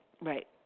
right